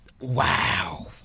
Wow